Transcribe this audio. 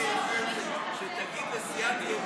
שתגיד לסיעת ימינה,